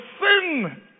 sin